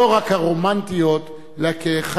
על-פי